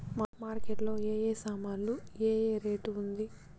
Market లో ఏ ఏ సామాన్లు ఏ ఏ రేటు ఉంది?